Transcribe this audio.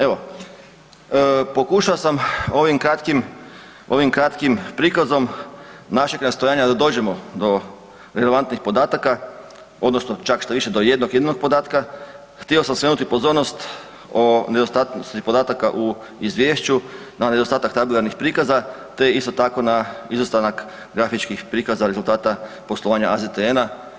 Evo, pokušao sam ovim kratkim prikazom našeg nastojanja da dođemo do relevantnih podataka odnosno čak štoviše do jednog jedinog podatka, htio sam skrenuti pozornost o nedostatku podataka u izvješću na nedostatak tabelarnih prikaza te isto tako na izostanak grafičkih prikaza rezultata poslovanja AZTN-a.